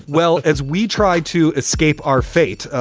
well, as we tried to escape our fate,